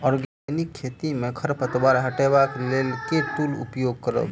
Organic खेती मे खरपतवार हटाबै लेल केँ टूल उपयोग करबै?